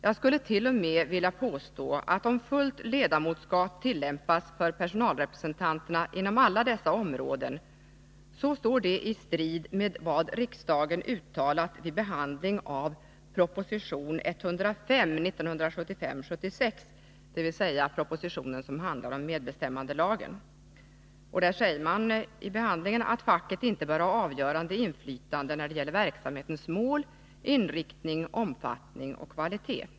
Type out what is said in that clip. Jag skulle t.o.m. vilja påstå, att om fullt ledamotskap tillämpas för personalrepresentanterna inom alla dessa områden, så står det i strid med vad riksdagen uttalade vid behandlingen av proposition 1975/76:105 om medbestämmandelagen, nämligen att facket inte bör ha avgörande inflytande när det gäller verksamhetens mål, inriktning, omfattning och kvalitet.